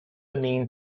means